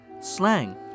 slang